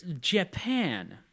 Japan